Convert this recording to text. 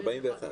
ב-41.